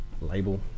label